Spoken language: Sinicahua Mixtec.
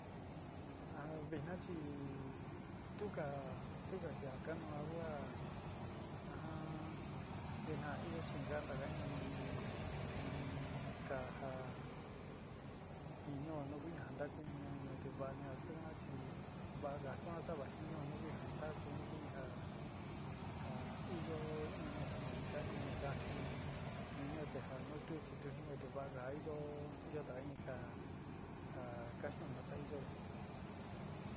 Ha vitna chí tuka tuka chia kangua ajan vée na iyo xhin janda nga iin kaja'a ni ñóo no kuii janda iin ñó ñóo tevañeá azungua chí, vanra xundua xa'a vanjinio nuu kuii kanda kunuu kuijá, ja'a iyó iño kíí ka'a iño ya'á nii iño tijá no'o tuux xhitojinio vajaiyo'ó ó inta iin ka'á ja'á kaxtoin xa'a ixyó.